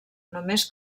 només